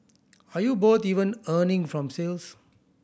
are you both even earning from sales